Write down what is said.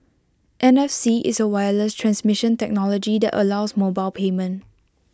N F C is A wireless transmission technology that allows mobile payment